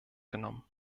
genommen